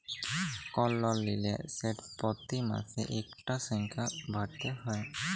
call লল লিলে সেট পতি মাসে ইকটা সংখ্যা ভ্যইরতে হ্যয়